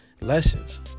lessons